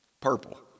Purple